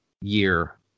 year